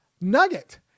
nugget